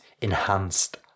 enhanced